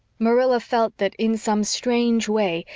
marilla felt that, in some strange way,